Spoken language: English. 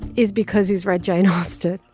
is because he's read jane austen.